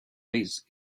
this